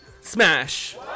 Smash